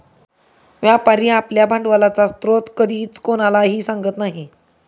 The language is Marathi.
व्यापारी आपल्या भांडवलाचा स्रोत कधीच कोणालाही सांगत नाही